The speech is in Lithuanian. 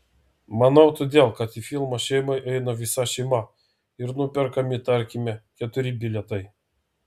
manau todėl kad į filmą šeimai eina visa šeima ir nuperkami tarkime keturi bilietai